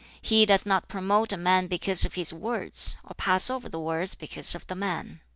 he does not promote a man because of his words, or pass over the words because of the man.